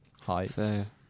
heights